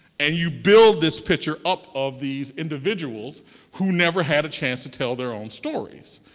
and you build this picture up of these individuals who never had a chance to tell their own stories.